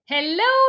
Hello